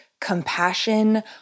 compassion